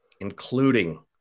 Including